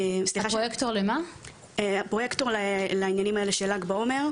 הפרויקטור לעניינים האלה של ל"ג בעומר.